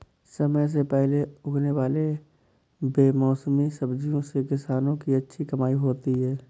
समय से पहले उगने वाले बेमौसमी सब्जियों से किसानों की अच्छी कमाई होती है